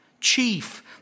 chief